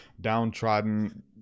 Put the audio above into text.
downtrodden